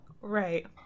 Right